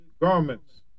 garments